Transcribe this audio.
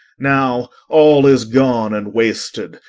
now all is gone and wasted,